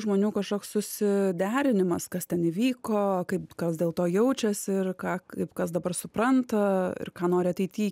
žmonių kažkoks susiderinimas kas ten įvyko kaip kas dėl to jaučiasi ir ką kaip kas dabar supranta ir ką nori ateity